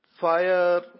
Fire